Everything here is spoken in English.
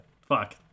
fuck